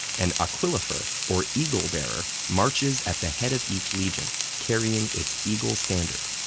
an aquilifer, or eagle-bearer, marches at the head of each legion carrying its eagle standard.